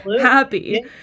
happy